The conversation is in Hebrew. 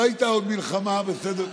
לא הייתה עוד מלחמה בסדר גודל,